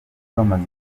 bamaze